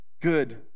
good